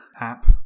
app